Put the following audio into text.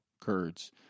Kurds